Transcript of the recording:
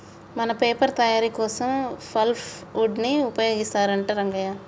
మన పేపర్ తయారీ కోసం పల్ప్ వుడ్ ని ఉపయోగిస్తారంట రంగయ్య